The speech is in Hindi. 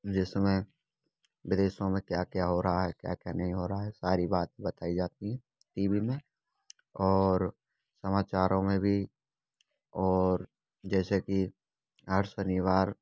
देश में विदेशों में क्या क्या हो रहा है क्या क्या नहीं हो रहा है सारी बात बताई जाती हैं टी वी में और समाचारों में भी और जैसे कि हर शनिवार